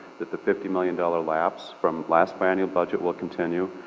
that the fifty million dollars lapse from last bi-annual budget will continue.